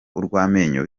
urw’amenyo